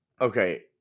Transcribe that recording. Okay